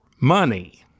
money